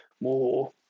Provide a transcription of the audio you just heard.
more